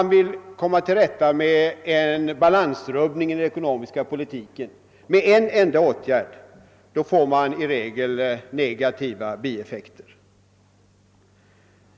Vill man avhjälpa en balansrubbning i den ekonomiska politiken med en enda åtgärd, får man i regel uppleva negativa biverkningar.